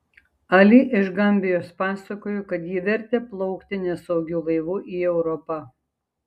ali iš gambijos pasakojo kad jį vertė plaukti nesaugiu laivu į europą